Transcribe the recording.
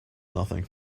nothing